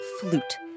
Flute